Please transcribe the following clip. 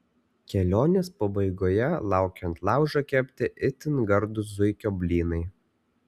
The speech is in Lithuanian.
kelionės pabaigoje laukia ant laužo kepti itin gardūs zuikio blynai